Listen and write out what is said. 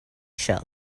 shall